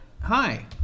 Hi